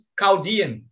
Chaldean